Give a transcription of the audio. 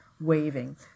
waving